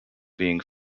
being